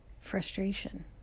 frustration